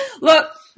Look